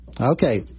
Okay